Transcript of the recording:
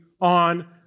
on